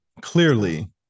Clearly